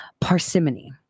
Parsimony